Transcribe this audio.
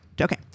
okay